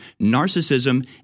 narcissism